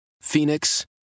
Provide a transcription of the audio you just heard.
Phoenix